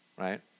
right